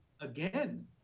again